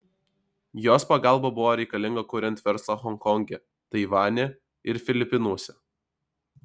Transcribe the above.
jos pagalba buvo reikalinga kuriant verslą honkonge taivane ir filipinuose